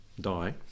die